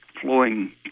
flowing